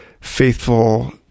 faithful